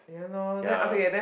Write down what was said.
yeah